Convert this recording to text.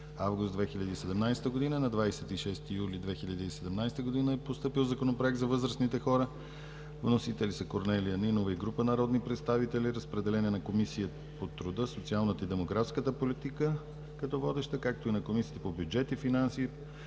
август 2017 г. На 26 юли 2017 г. е постъпил Законопроект за възрастните хора. Вносители са Корнелия Нинова и група народни представители. Разпределен е на Комисията по труда, социалната и демографската политика като водеща, както и на Комисията по бюджет и финанси,